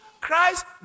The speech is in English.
Christ